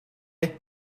est